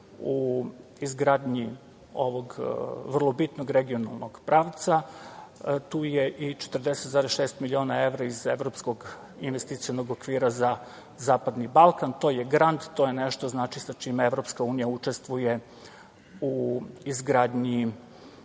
u izgradnji ovog vrlo bitnog regionalnog pravca tu je i 46,6 miliona iz evropskog investicionog okvira za zapadni Balkan, to je grant, to je nešto sa čime EU učestvuje u izgradnji